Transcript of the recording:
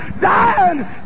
Dying